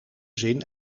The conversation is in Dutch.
zin